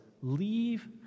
leave